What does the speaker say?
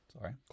sorry